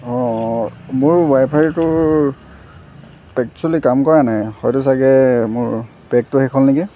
অ' অ' মোৰ ৱাইফাইটোৰ একচুয়েলি কাম কৰা নাই হয়তো চাগে মোৰ পেকটো শেষ হ'ল নেকি